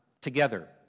together